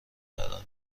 قرار